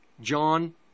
John